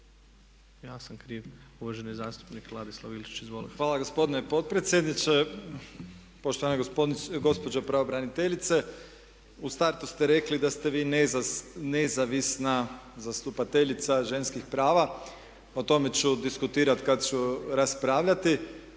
ja sam kriv. Uvaženi zastupnik Ladislav Ilčić. Izvolite. **Ilčić, Ladislav (HRAST)** Hvala gospodine potpredsjedniče. Poštovana gospođo pravobraniteljice, u startu ste rekli da ste vi nezavisna zastupateljica ženskih prava, o tome ću diskutirati kada ću raspravljati